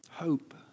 hope